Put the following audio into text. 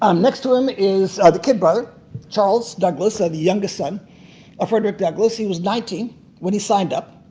um next to him is the kid brother charles douglass, ah the youngest son of frederick douglass. he was nineteen when he signed up,